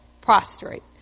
prostrate